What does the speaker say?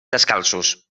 descalços